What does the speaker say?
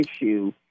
issue